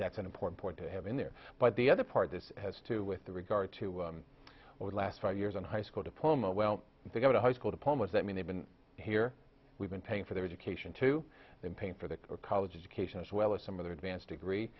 that's an important point to have in there but the other part this has to with regard to over the last four years in high school diploma well if you go to high school diplomas that mean they've been here we've been paying for their education to them paying for the college education as well as some other advanced degree